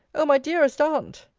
oh! my dearest aunt,